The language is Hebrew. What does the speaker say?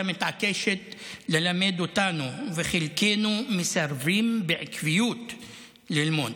מתעקשת ללמד אותנו וחלקנו מסרבים בעקביות ללמוד,